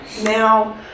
now